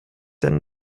denn